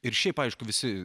ir šiaip aišku visi